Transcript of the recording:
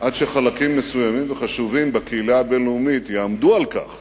עד שחלקים מסוימים וחשובים בקהילה הבין-לאומית יעמדו על כך